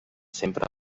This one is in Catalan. sempre